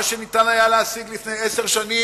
מה שניתן היה להשיג לפני עשר שנים,